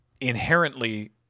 inherently